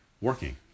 working